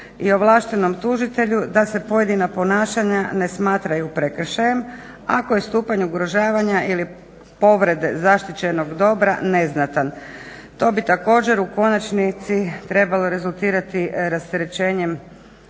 i ovlaštenom tužitelju da se pojedina ponašanja na smatraju prekršajem, ako je stupanj ugrožavanja ili povrede zaštićenog dobra neznatan. To bi također u konačnici trebalo rezultirati rasterećenjem